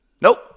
Nope